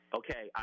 okay